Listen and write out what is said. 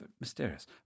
Mysterious